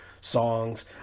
songs